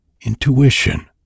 intuition